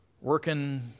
Working